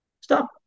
Stop